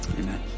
Amen